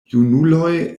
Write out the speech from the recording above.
junuloj